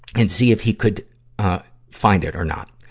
and see if he could find it or not.